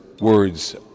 words